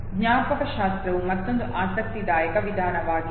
ಜ್ಞಾಪಕಶಾಸ್ತ್ರವು ಮತ್ತೊಂದು ಆಸಕ್ತಿದಾಯಕ ವಿಧಾನವಾಗಿದೆ